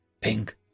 Pink